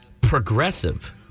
progressive